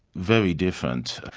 very different.